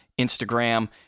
Instagram